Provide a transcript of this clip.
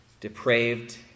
depraved